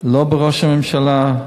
לא בראש הממשלה,